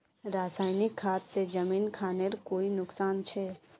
रासायनिक खाद से जमीन खानेर कोई नुकसान छे?